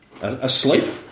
Asleep